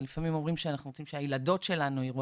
לפעמים אומרים שאנחנו רוצים שהילדות שלנו ייראו,